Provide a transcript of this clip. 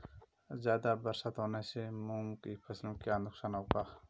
ज़्यादा बरसात होने से मूंग की फसल में क्या नुकसान होगा?